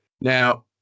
Now